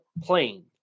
plane